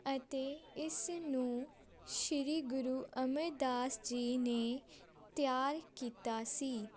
ਅਤੇ ਇਸ ਨੂੰ ਸ਼੍ਰੀ ਗੁਰੂ ਅਮਰਦਾਸ ਜੀ ਨੇ ਤਿਆਰ ਕੀਤਾ ਸੀ